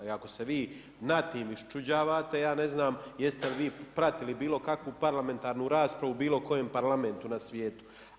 Jer ako se vi nad tim iščuđavate, ja ne znam, jeste li vi pratili bilo kakvu parlamentarnu raspravu u bilo kojem parlamentu na svijetu.